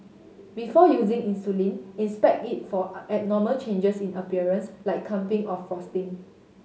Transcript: before using insulin inspect it for abnormal changes in appearance like clumping or frosting